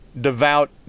devout